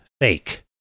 fake